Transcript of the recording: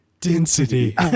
density